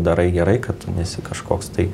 darai gerai kad tu nesi kažkoks tai